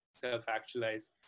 self-actualize